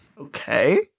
Okay